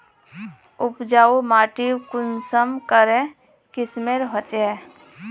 उपजाऊ माटी कुंसम करे किस्मेर होचए?